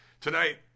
tonight